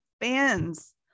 fans